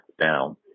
down